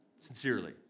Sincerely